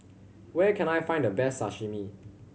where can I find the best Sashimi